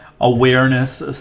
awareness